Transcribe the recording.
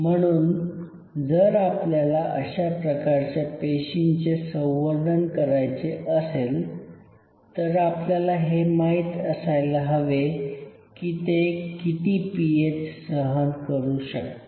म्हणून जर आपल्याला अशा प्रकारच्या पेशींचे संवर्धन करायचे असेल तर आपल्याला हे माहीत असायला हवे की ते किती पीएच सहन करू शकतात